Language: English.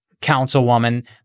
councilwoman